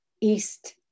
East